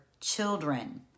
children